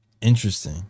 Interesting